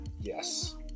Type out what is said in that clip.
Yes